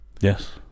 Yes